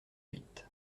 huit